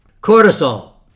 Cortisol